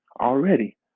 already